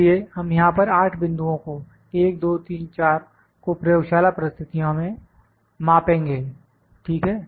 इसलिए हम यहां पर 8 बिंदुओं 1 2 3 4 को प्रयोगशाला परिस्थितियों में मापेंगे ठीक है